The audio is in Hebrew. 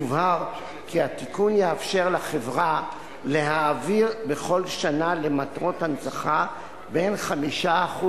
יובהר כי התיקון יאפשר לחברה להעביר בכל שנה למטרות הנצחה בין 5%